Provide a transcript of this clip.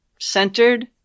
centered